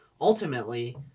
ultimately